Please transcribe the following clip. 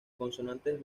consonantes